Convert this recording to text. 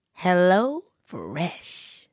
HelloFresh